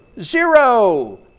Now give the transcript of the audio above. zero